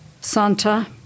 Santa